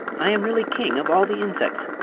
i am really king of all the insects,